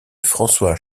françois